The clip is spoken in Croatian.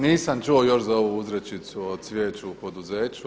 Nisam čuo još za ovu uzrečicu o cvijeću u poduzeću.